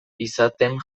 izaten